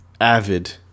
avid